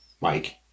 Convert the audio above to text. mike